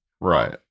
Right